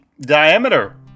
diameter